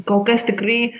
kol kas tikrai